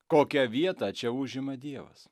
kokią vietą čia užima dievas